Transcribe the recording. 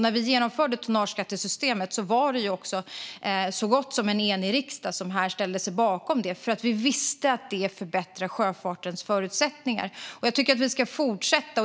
När vi genomförde tonnageskattesystemet var det också så gott som en enig riksdag som här ställde sig bakom det för att vi visste att det förbättrar sjöfartens förutsättningar. Jag tycker att vi ska fortsätta så.